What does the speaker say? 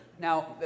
Now